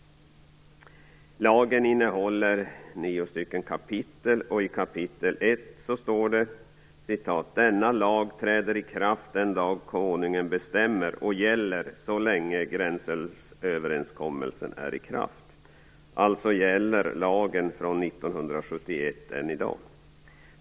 Det står också: "Denna lag träder i kraft den dag Konungen bestämmer och gäller så länge gränsälvsöverenskommelsen är i kraft." Alltså gäller lagen från 1971 än i dag.